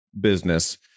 business